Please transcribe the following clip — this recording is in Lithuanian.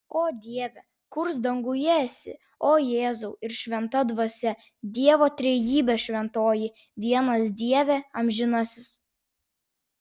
o dieve kurs danguje esi o jėzau ir šventa dvasia dievo trejybe šventoji vienas dieve amžinasis